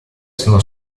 sono